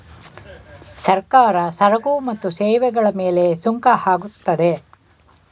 ಸರ್ಕಾರ ಸರಕು ಮತ್ತು ಸೇವೆಗಳ ಮೇಲೆ ಸುಂಕ ಹಾಕುತ್ತದೆ